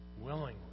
Willingly